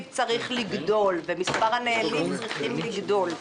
צריך לגדול ומספר הנהנים צריך לגדול.